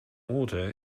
order